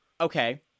okay